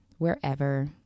Wherever